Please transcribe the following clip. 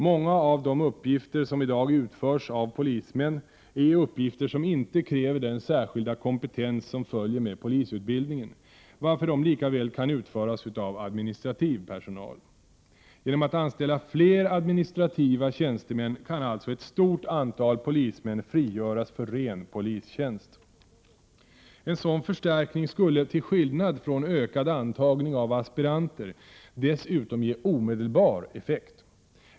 Många av de uppgifter som idag utförs av polismän är uppgifter som inte kräver den särskilda kompetens som följer med polisutbildningen, varför de lika väl kan utföras av administrativ personal. Genom att fler administrativa tjänstemän anställs kan alltså ett stort antal polismän frigöras för ren polistjänst. En sådan förstärkning skulle, till skillnad från ökad antagning av aspiranter, dessutom ge omedelbar effekt.